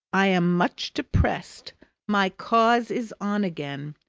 i am much depressed my cause is on again,